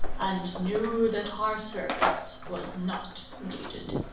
and knew that our service was not needed.